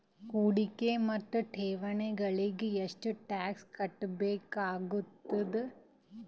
ಹೂಡಿಕೆ ಮತ್ತು ಠೇವಣಿಗಳಿಗ ಎಷ್ಟ ಟಾಕ್ಸ್ ಕಟ್ಟಬೇಕಾಗತದ?